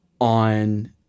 on